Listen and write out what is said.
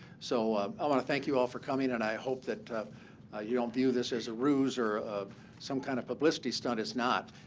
so i want to thank you all for coming, and i hope that you don't view this as a ruse or of some kind of publicity stunt. it's not.